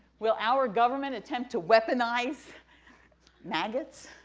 will our government attempt to weaponize maggots?